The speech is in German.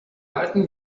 alten